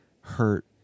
hurt